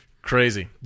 Crazy